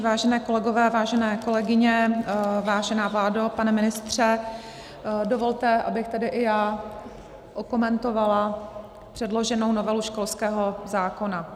Vážení kolegové, vážené kolegyně, vážená vládo, pane ministře, dovolte, abych tedy i já okomentovala předloženou novelu školského zákona.